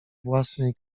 własnej